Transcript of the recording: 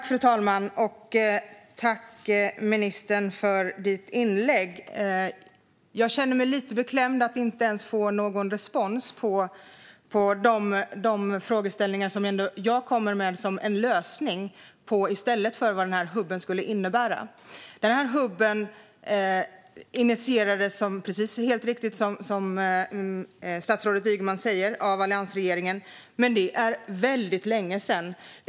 Fru talman! Tack, ministern, för ditt inlägg! Jag känner mig lite beklämd över att inte ens få någon respons på de frågeställningar som jag har. Jag kommer ändå med en lösning i stället för det som den här hubben skulle innebära. Det är helt riktigt, som statsrådet Ygeman säger, att hubben initierades av alliansregeringen. Men det är väldigt länge sedan.